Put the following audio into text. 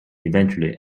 eventually